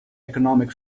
economic